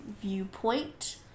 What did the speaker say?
viewpoint